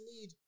need